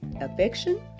affection